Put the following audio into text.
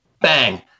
bang